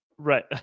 Right